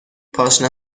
پاشنه